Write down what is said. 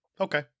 Okay